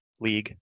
League